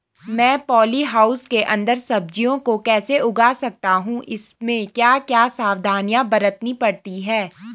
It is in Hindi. मैं पॉली हाउस के अन्दर सब्जियों को कैसे उगा सकता हूँ इसमें क्या क्या सावधानियाँ बरतनी पड़ती है?